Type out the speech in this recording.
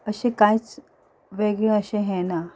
अशें कांयच वेगळें अशें हें ना